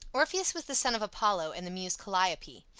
orpheus was the son of apollo and the muse calliope.